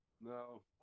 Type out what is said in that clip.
No